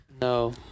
No